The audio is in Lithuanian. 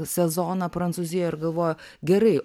sezoną prancūzijoj ir galvoja gerai